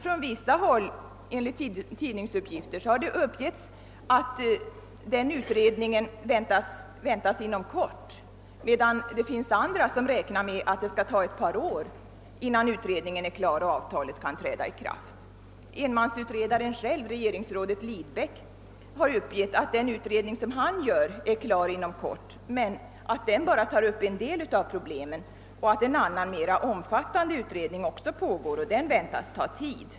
Från vissa håll har det enligt tidningsuppgifter sagts att den utredningen väntas vara färdig inom kort, medan det finns andra som räknar med att det skall ta ett par år innan utredningen är klar och avtalet kan träda i kraft. Enmansutredaren själv, regeringsrådet Lindbäck, har uppgivit att den utredning han gör är klar inom kort men att den bara tar upp en del av problemen och att en annan omfattande utredning också pågår och att den väntas ta lång tid.